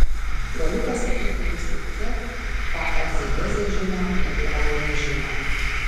galiu pasakyti jums tik tiek ką egzegezė žino ir ko ji nežino